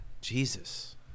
Jesus